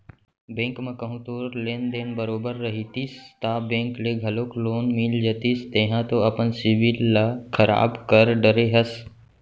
bank म कहूँ तोर लेन देन बरोबर रहितिस ता बेंक ले घलौक लोन मिल जतिस तेंहा तो अपन सिविल ल खराब कर डरे हस